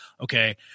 okay